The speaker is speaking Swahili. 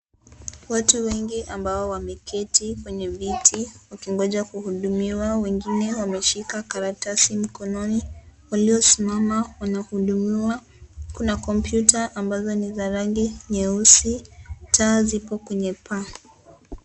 Watu wengi ambao wameketi kwenye viti wakingoja kuhudumiwa, wengine wameshika karatasi mikononi, waliosimama wanahudumiwa. Kuna kompyuta ambazo ni za rangi nyeusi, taa zipo kwenye paa.